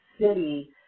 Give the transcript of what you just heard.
city